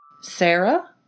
Sarah